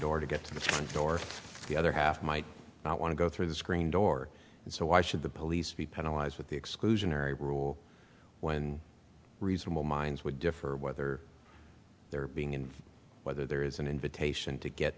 door to get to the door the other half might not want to go through the screen door so why should the police be penalized with the exclusionary rule when reasonable minds would differ whether they're being and whether there is an invitation to get